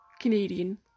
Canadian